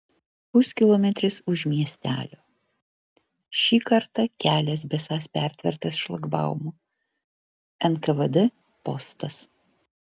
puskilometris už miestelio šį kartą kelias besąs pertvertas šlagbaumu nkvd postas